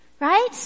right